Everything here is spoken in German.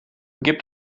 gibt